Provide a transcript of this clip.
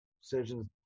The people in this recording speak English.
surgeons